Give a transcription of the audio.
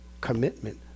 commitment